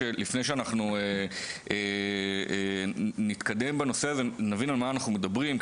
לפני שאנחנו נתקדם בנושא הזה שנבין על מה אנחנו מדברים.